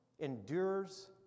endures